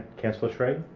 councillor sri